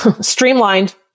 streamlined